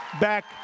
back